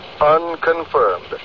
unconfirmed